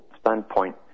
standpoint